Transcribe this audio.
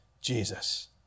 Jesus